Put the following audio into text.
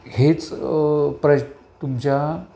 हेच प्र तुमच्या